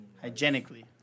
hygienically